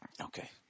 Okay